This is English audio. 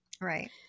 Right